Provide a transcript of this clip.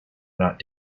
not